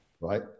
right